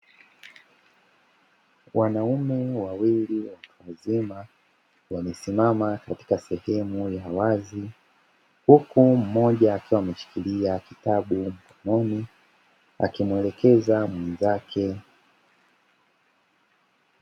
Wanaume wawili watu wazima wamesimama katika sehemu ya wazi. Huku mmoja akiwa ameshikilia kitabu mkononi akimwelekeza mwenzake.